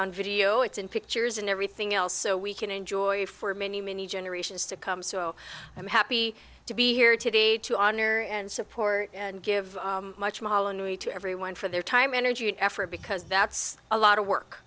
on video it's in pictures and everything else so we can enjoy for many many generations to come so i'm happy to be here today to honor and support and give much molineux you everyone for their time energy effort because that's a lot of work